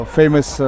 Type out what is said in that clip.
famous